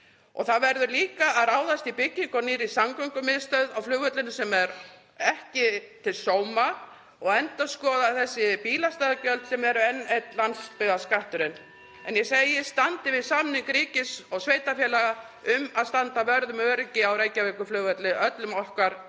Það verður líka að ráðast í byggingu á nýrri samgöngumiðstöð á flugvellinum, sem er ekki til sóma, og endurskoða þessi bílastæðagjöld sem eru enn einn (Forseti hringir.) landsbyggðaskatturinn. En ég segi: Standið við samning ríkis og sveitarfélaga um að standa vörð um öryggi á Reykjavíkurflugvelli, öllum okkar